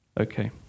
Okay